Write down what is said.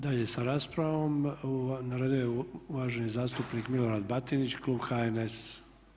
Dalje sa raspravom, na redu je uvaženi zastupnik Milorad Batinić klub HNS-a.